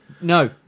No